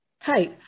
Hi